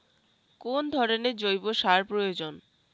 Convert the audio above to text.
কোন ধরণের জৈব সার প্রয়োজন?